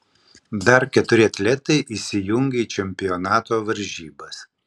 dar keturi atletai įsijungia į čempionato varžybas